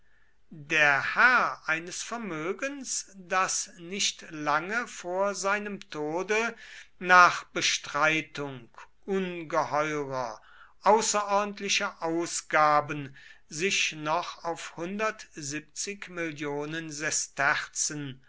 der herr eines vermögens das nicht lange vor seinem tode nach bestreitung ungeheurer außerordentlicher ausgaben sich noch auf